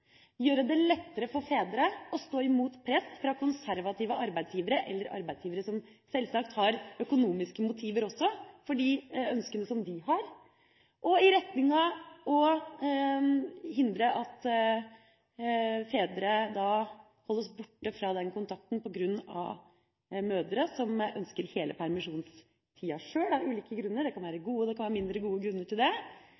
gjøre det lettere for fedre å stå imot press fra konservative arbeidsgivere eller arbeidsgivere som selvsagt også har økonomiske motiver for sine ønsker, og i retning av å hindre at fedre holdes borte fra den kontakten på grunn av mødre som av ulike grunner ønsker hele permisjonstida sjøl – det kan være